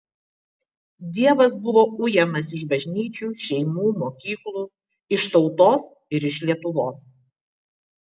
dievas buvo ujamas iš bažnyčių šeimų mokyklų iš tautos ir iš lietuvos